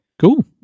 Cool